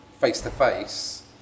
face-to-face